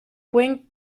point